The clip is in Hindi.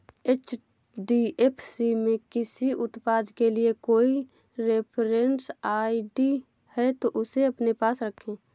एच.डी.एफ.सी में किसी उत्पाद के लिए कोई रेफरेंस आई.डी है, तो उसे अपने पास रखें